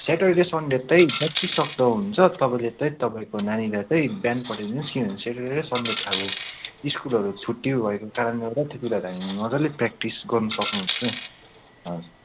Saturday Sunday चाहिँ जति सक्दो हुन्छ तपाईँले चाहिँ तपाईँको नानीलाई चाहिँ बिहानै पठाइ दिनुहोस् किनभने स्याटरडे सनडे त अब स्कुलहरू छुट्टी भएको कारणले गर्दा त्यति बेला त हामी मजाले प्रेक्टिस गर्न सक्नुहुन्छ